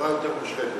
החברה יותר מושחתת.